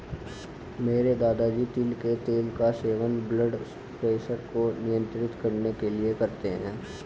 मेरे दादाजी तिल के तेल का सेवन ब्लड प्रेशर को नियंत्रित करने के लिए करते हैं